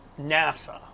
NASA